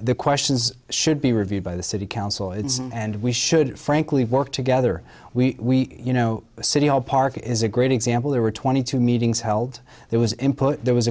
the questions should be reviewed by the city council it's and we should frankly work together we you know the city hall park is a great example there were twenty two meetings held there was employed there was a